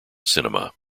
cinema